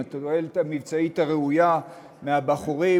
התועלת המבצעית הראויה מהבחורים,